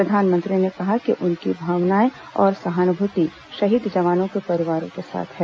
प्रधानमंत्री ने कहा है कि उनकी भावनाएं और सहानुभूति शहीद जवानों के परिवारों के साथ हैं